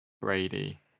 Brady